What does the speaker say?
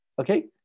Okay